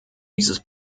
dieses